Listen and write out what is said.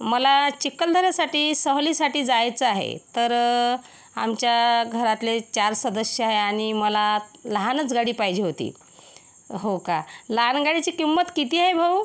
मला चिखलदरासाठी सहलीसाठी जायचं आहे तर आमच्या घरातले चार सदस्य आहे आणि मला लहानच गाडी पाहिजे होती हो का लहान गाडीची किंमत किती आहे भाऊ